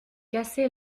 cassée